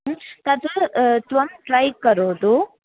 तत् त्वं ट्रै करोतु